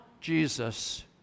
Jesus